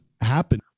happen